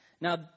Now